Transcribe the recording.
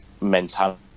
mentality